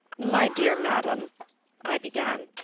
my dear madam i began.